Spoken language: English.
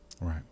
right